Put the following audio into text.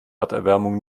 erderwärmung